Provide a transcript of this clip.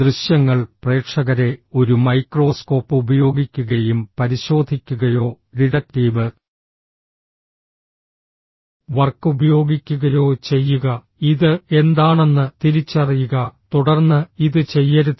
ദൃശ്യങ്ങൾ പ്രേക്ഷകരെ ഒരു മൈക്രോസ്കോപ്പ് ഉപയോഗിക്കുകയും പരിശോധിക്കുകയോ ഡിഡക്റ്റീവ് വർക്ക് ഉപയോഗിക്കുകയോ ചെയ്യുക ഇത് എന്താണെന്ന് തിരിച്ചറിയുക തുടർന്ന് ഇത് ചെയ്യരുത്